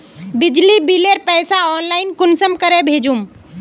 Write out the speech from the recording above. बिजली बिलेर पैसा ऑनलाइन कुंसम करे भेजुम?